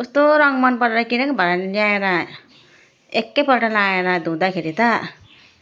कस्तो रङ मनपरेर किनेको भरे ल्याएर एकैपल्ट लाएर धुँदाखेरि त